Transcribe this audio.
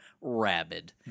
rabid